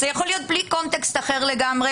זה יכול להיות בלי קונטקסט אחר לגמרי,